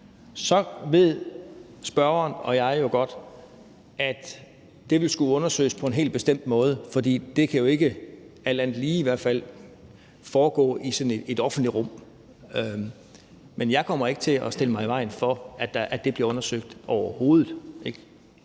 Så ved spørgeren og jeg jo godt, at det vil skulle undersøges på en helt bestemt måde, for det kan jo ikke alt andet lige i hvert fald foregå i sådan et offentligt rum. Men jeg kommer ikke til at stille mig i vejen for, at det bliver undersøgt, overhovedet